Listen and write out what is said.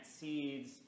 seeds